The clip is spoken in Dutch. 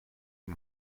van